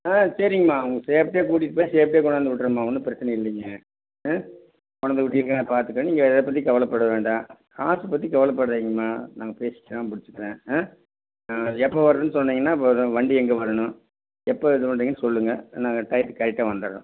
ஆ சரிங்கம்மா உங்களை ஷேஃப்டியாக கூட்டிகிட்டு போயிவிட்டு ஷேஃப்டியாக கொண்டாந்து விட்டுறேம்மா ஒன்றும் பிரச்சனை இல்லைங்க ஆ கொண்டாந்து விட்டுருங்க நான் பார்த்துக்கிறேன் நீங்கள் எதைப்பத்தியும் கவலைப்பட வேண்டாம் காசைப் பற்றி கவலைப்படாதீங்கம்மா நாங்கள் பேசிக்கிறேன் பிடிச்சிக்கிறேன் ஆ எப்போ வர்றணுன்னு சொன்னீங்கன்னா அப்போ வரும் வண்டி எங்கே வரணும் எப்போ இது பண்றீங்கன்னு சொல்லுங்கள் நாங்கள் டயத்துக்கு கரெக்டாக வந்துட்றோம்